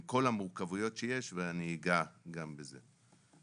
עם כל המורכבויות שיש ואני אגע גם בזה.